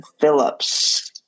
Phillips